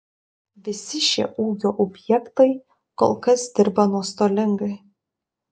visi šie ūkio objektai kol kas dirba nuostolingai